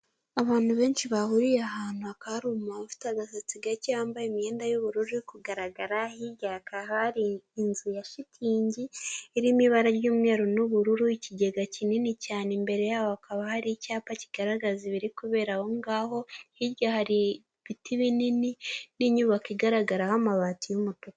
abantu benshi bahuriye ahantu hakaba haari umuntu ufite agasatsi gake wambaye imyenda yu'ubururu kugaragara hiryaka hari inzu ya shitingi irimo ibara ry'umweru n'ubururu ikigega kinini cyane imbere yabo hakaba hari icyapa kigaragaza ibiri kubera ahongaho hirya hari ibiti binini n'inyubako igaragaraho amabati'umutuku